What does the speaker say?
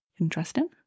Interesting